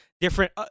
different